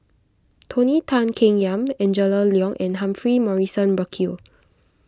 Tony Tan Keng Yam Angela Liong and Humphrey Morrison Burkill